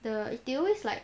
the they always like